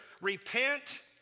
repent